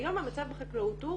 היום המצב בחקלאות הוא